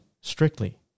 strictly